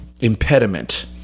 impediment